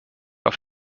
auf